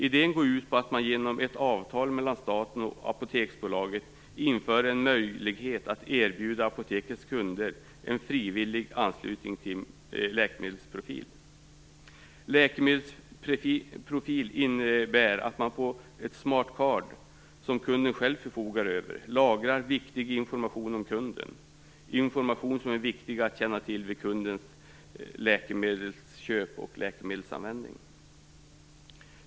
Idén går ut på att man genom ett avtal mellan staten och Apoteksbolaget inför en möjlighet att erbjuda apotekets kunder en frivillig anslutning till en läkemedelsprofil. Läkemedelsprofilen innebär att man på ett smart card som kunden själv förfogar över lagrar information om kunden som är viktig att känna till vid kundens läkemedelsköp och läkemedelsanvändning.